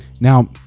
Now